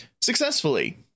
successfully